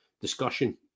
discussion